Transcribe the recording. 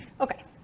Okay